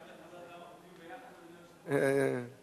אפשר לחבר כמה חוקים ביחד, אדוני היושב-ראש?